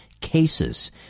cases